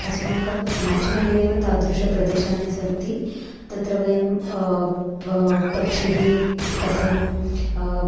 अस्माकं नेचुरल् एव तादृशप्रदेशानि सन्ति तत्र वयं पक्षिः प् कथं